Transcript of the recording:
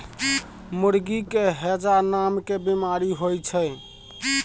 मुर्गी के हैजा नामके बेमारी होइ छै